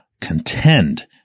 contend